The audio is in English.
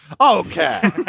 okay